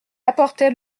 apportait